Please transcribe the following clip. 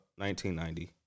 1990